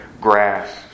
grass